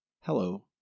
Hello